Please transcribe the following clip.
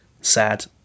sad